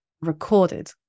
recorded